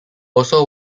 also